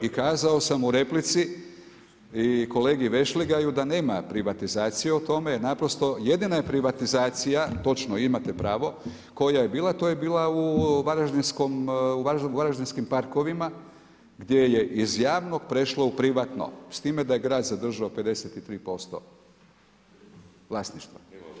I kazao sam u replici i kolegi Vešligaju da nema privatizacije o tome, naprosto jedina je privatizacija, točno imate pravo, koja je bila to je bila u varaždinskim parkovima gdje je iz javnog prešlo u privatno, s time da je grad zadržao 53% vlasništva.